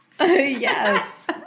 Yes